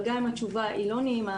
אבל גם אם התשובה היא לא נעימה,